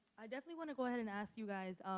i definitely want to go ahead and ask you guys,